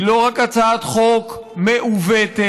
היא לא רק הצעת חוק מעוותת,